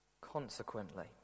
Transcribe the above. Consequently